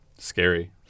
Scary